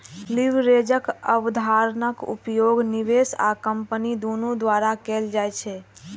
लीवरेजक अवधारणाक उपयोग निवेशक आ कंपनी दुनू द्वारा कैल जाइ छै